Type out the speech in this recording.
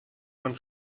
von